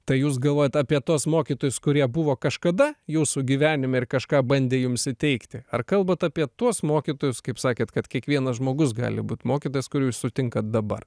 tai jūs galvojat apie tuos mokytojus kurie buvo kažkada jūsų gyvenime ir kažką bandė jums įteigti ar kalbat apie tuos mokytojus kaip sakėt kad kiekvienas žmogus gali būt mokytojas kur jūs sutinkat dabar